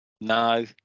No